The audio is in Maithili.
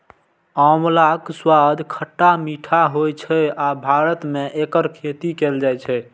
आंवलाक स्वाद खट्टा मीठा होइ छै आ भारत मे एकर खेती कैल जाइ छै